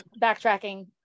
backtracking